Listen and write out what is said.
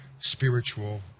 spiritual